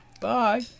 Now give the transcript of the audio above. Bye